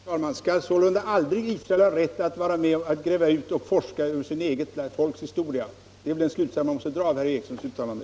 Herr talman! Israel skall sålunda aldrig ha rätt att göra utgrävningar och utforska sitt eget folks historia. Det är väl den slutsats man måste dra av herr Ericsons i Örebro uttalande.